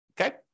okay